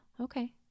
okay